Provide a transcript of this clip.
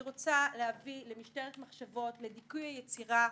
היא רוצה להביא למשטרת מחשבות, לדיכוי היצירה.